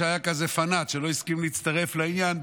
שהיה כזה פנאט ולא הסכים להצטרף לעניין,